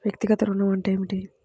వ్యక్తిగత ఋణం అంటే ఏమిటి?